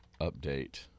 update